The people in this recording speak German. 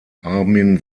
armin